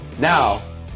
Now